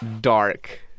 dark